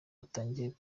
utangiye